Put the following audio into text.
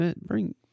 Bring